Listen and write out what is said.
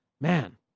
man